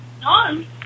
none